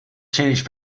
changed